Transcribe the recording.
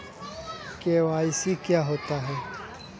KYC क्या होता है?